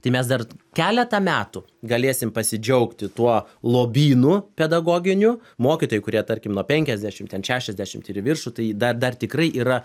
tai mes dar keletą metų galėsim pasidžiaugti tuo lobynu pedagoginiu mokytojai kurie tarkim nuo penkiasdešim ten šešiasdešim ir į viršų tai dar dar tikrai yra